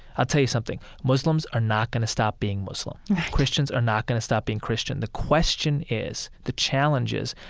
i'll tell you something muslims are not going to stop being muslim right christians are not going to stop being christian. the question is, the challenge is,